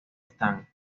están